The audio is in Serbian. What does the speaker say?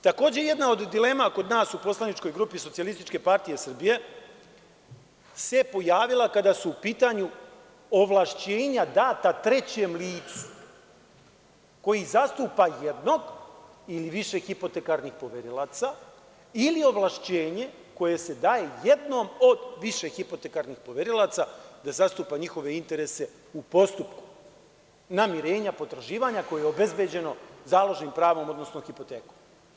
Takođe se jedna od dilema kod nas u poslaničkoj grupi SPS pojavila kada su u pitanju ovlašćenja data trećem licu koji zastupa jednog ili više hipotekarnih poverilaca, ili ovlašćenje koje se daje jednom od više hipotekarnih poverilaca da zastupa njihove interese u postupku namirenja potraživanja koje je obezbeđeno založnim pravom, odnosno hipotekom.